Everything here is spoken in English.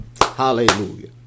hallelujah